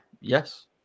Yes